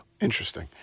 interesting